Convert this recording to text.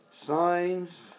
signs